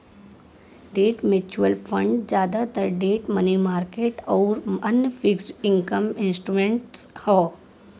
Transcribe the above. debt mutual fund जादातर debt money market आउर अन्य फिक्स्ड इनकम इंस्ट्रूमेंट्स हौ